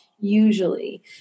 usually